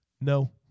no